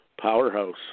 powerhouse